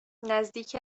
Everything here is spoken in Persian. نزدیک